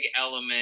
element